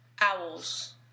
owls